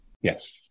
Yes